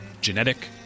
Genetic